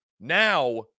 Now